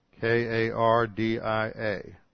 K-A-R-D-I-A